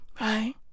Right